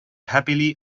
happily